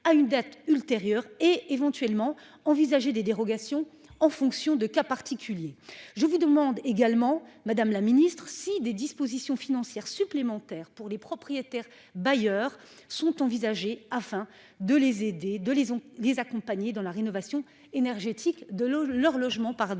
à une date ultérieure et éventuellement envisager des dérogations en fonction de cas particuliers. Je vous demande également Madame la Ministre si des dispositions financières supplémentaires pour les propriétaires bailleurs sont envisagées afin de les aider, de les on les accompagner dans la rénovation énergétique de l'eau leur logement. Pardon,